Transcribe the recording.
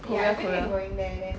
ya everything is going there then